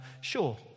Sure